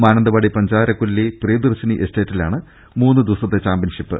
മാനന്തവാടി പഞ്ചാരക്കൊല്ലി പ്രിയദർശിനി എസ്റ്റേറ്റിലാണ് മൂന്ന് ദിവ സത്തെ ചാംപ്യൻഷിപ്പ്